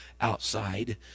outside